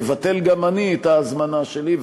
אבטל גם אני את ההזמנה שלי,